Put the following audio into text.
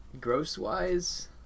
Gross-wise